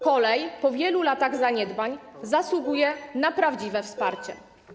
Kolej po wielu latach zaniedbań zasługuje na prawdziwe wsparcie.